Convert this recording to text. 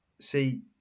See